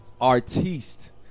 artiste